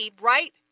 right